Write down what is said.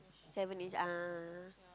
seven ish ah